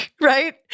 right